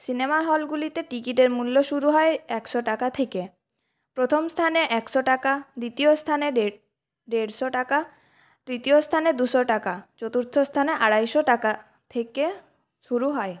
cinema হলগুলিতে টিকিটের মূল্য শুরু হয় একশো টাকা থেকে প্রথম স্থানে একশো টাকা দ্বিতীয়স্থানে দেড় দেড়শো টাকা তৃতীয় স্থানে দুশো টাকা চতুর্থ স্থানে আড়াইশো টাকা থেকে শুরু হয়